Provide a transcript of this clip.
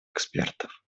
экспертов